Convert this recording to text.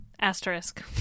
asterisk